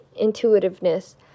intuitiveness